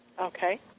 Okay